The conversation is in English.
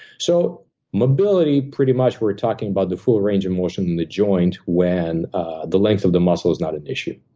so mobility, pretty much, we're talking about the full range of motion in the joint when the length of the muscle is not an issue.